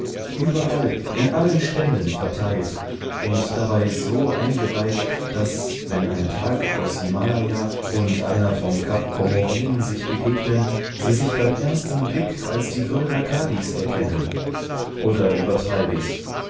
überall in allen ständen verteilt und dabei so eingeweiht daß wenn ein thag aus himalaya und einer vom kap comorin sich begegnen sie sich beim ersten blick als die würger kalis erkennen oder übertreibe ich